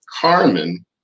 carmen